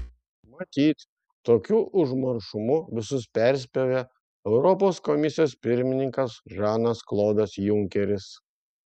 matyt tokiu užmaršumu visus perspjovė europos komisijos pirmininkas žanas klodas junkeris